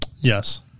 Yes